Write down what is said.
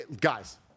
guys